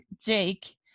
jake